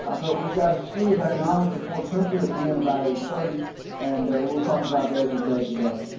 ah but we've got a slew of economic reports. hopefully we'll be in about eight thirty and we'll talk about those with dave today.